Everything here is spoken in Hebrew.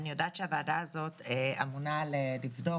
אני יודעת שהוועדה הזאת אמונה לבדוק